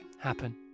happen